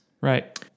Right